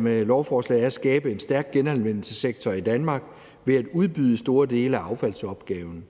med lovforslaget er at skabe en stærk genanvendelsessektor i Danmark ved at udbyde store dele af affaldsopgaven.